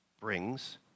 Brings